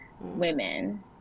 women